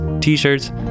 t-shirts